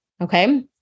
Okay